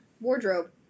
wardrobe